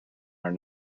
are